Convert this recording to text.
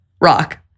rock